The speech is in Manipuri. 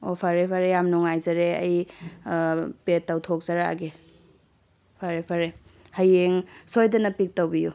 ꯑꯣ ꯐꯔꯦ ꯐꯔꯦ ꯌꯥꯝ ꯅꯨꯡꯉꯥꯏꯖꯔꯦ ꯄꯦꯠ ꯇꯧꯊꯣꯛꯆꯔꯛꯑꯒꯦ ꯐꯔꯦ ꯐꯔꯦ ꯍꯌꯦꯡ ꯁꯣꯏꯗꯅ ꯄꯤꯛ ꯇꯧꯕꯤꯌꯨ